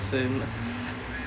ya same